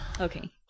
Okay